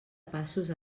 passos